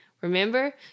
Remember